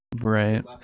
Right